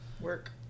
Work